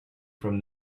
from